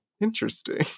interesting